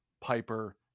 piper